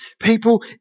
People